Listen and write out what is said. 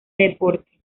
deporte